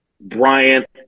Bryant